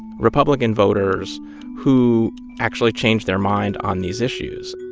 republican voters who actually changed their mind on these issues